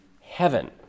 heaven